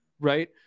Right